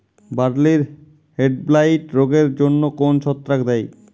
বার্লির হেডব্লাইট রোগের জন্য কোন ছত্রাক দায়ী?